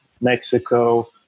Mexico